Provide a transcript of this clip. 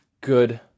good